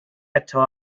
eto